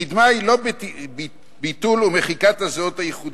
קדמה היא לא ביטול ומחיקת הזהות הייחודית,